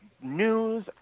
news